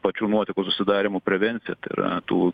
pačių nuotekų susidarymo prevenciją tai yra tų